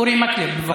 אורי מקלב, בבקשה.